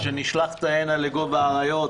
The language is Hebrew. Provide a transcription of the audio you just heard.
שנשלחת הנה לגוב האריות